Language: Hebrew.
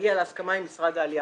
להגיע להסכמה עם משרד הקליטה.